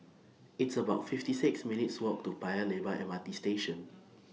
It's about fifty six minutes' Walk to Paya Lebar M R T Station